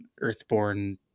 earthborn